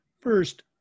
First